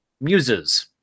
muses